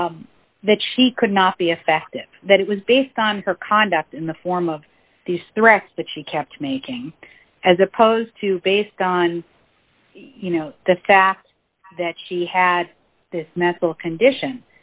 her that she could not be effective that it was based on her conduct in the form of these threats that she kept making as opposed to based on you know the fact that she had this metal condition